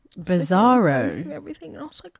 bizarro